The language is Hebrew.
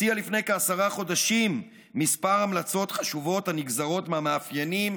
הוציאה לפני כעשרה חודשים כמה המלצות חשובות הנגזרות מהמאפיינים